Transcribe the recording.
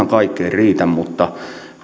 kaikkeen riitä mutta